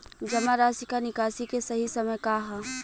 जमा राशि क निकासी के सही समय का ह?